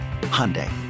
Hyundai